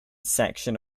section